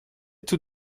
tout